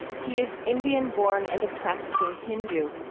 he is indian-born and a practicing hindu.